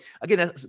again